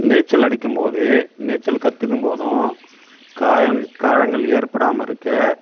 நீச்சல் அடிக்கும்போது நீச்சல் கற்றுக்கும் போதும் காயம் காயங்கள் ஏற்படாமல் இருக்க